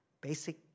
basic